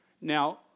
Now